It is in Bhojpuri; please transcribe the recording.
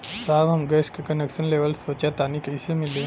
साहब हम गैस का कनेक्सन लेवल सोंचतानी कइसे मिली?